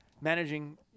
managing